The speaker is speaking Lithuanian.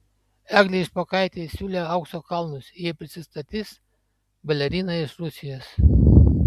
eglei špokaitei siūlė aukso kalnus jei prisistatys balerina iš rusijos